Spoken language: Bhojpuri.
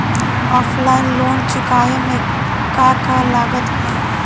ऑफलाइन लोन चुकावे म का का लागत बा?